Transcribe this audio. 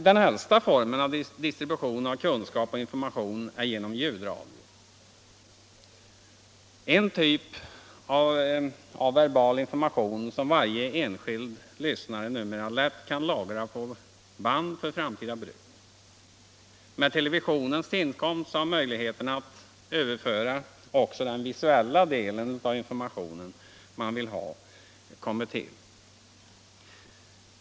Den äldsta formen för distribution av kunskap och information via elektronik är genom ljudradion, en typ av verbal information som varje enskild lyssnare numera också lätt kan lagra på band för framtida bruk. Med televisionen tillkom möjligheten att överföra också den visuella delen av den information man vill distrubucra.